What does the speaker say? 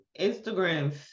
Instagram